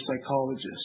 psychologist